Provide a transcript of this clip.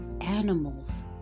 animals